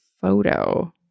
photo